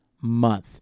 month